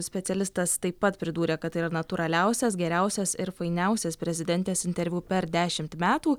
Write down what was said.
specialistas taip pat pridūrė kad tai yra natūraliausias geriausias ir fainiausias prezidentės interviu per dešimt metų